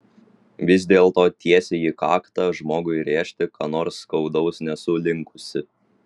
vis dėlto tiesiai į kaktą žmogui rėžti ką nors skaudaus nesu linkusi